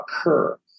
occur